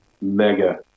mega